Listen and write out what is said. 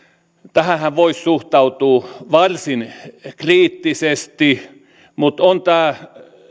tähänhän voisi suhtautua varsin kriittisesti mutta on tämä